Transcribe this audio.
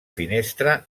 finestra